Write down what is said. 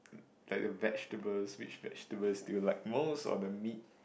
like the vegetables which vegetables do you like most or the meat